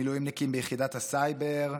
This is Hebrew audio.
מילואימניקים ביחידת הסייבר,